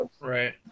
Right